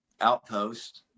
outpost